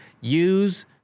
use